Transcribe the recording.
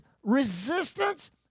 Resistance